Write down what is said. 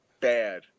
bad